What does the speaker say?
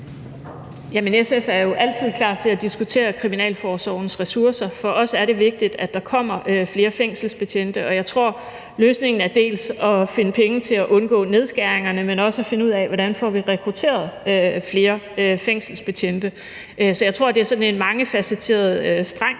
SF er jo altid klar til at diskutere kriminalforsorgens ressourcer. For os er det vigtigt, at der kommer flere fængselsbetjente. Jeg tror, at løsningen dels er at finde penge til at undgå nedskæringerne, dels at finde ud af, hvordan vi får rekrutteret flere fængselsbetjente. Så jeg tror, det er sådan en mangefacetteret streng,